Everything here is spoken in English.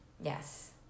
Yes